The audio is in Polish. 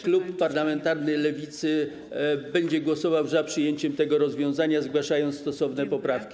Klub parlamentarny Lewicy będzie głosował za przyjęciem tego rozwiązania, zgłaszając stosowne poprawki.